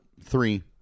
three